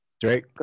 Drake